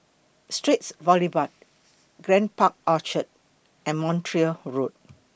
Straits Boulevard Grand Park Orchard and Montreal Road